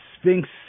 sphinx